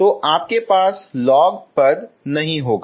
तो आपके पास log पद नहीं होगा